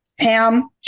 Pam